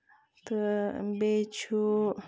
تہٕ بیٚیہِ چھُ